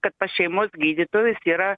kad pas šeimos gydytojus yra